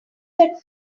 that